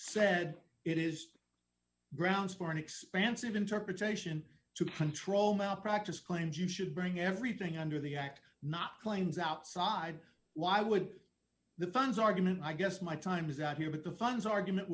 said it is grounds for an expansive interpretation to control malpractise claims you should bring everything under the act not claims outside why would the funds argument i guess my time is out here but the funds argument